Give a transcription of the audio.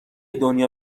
دنیا